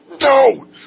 no